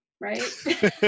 right